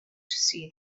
see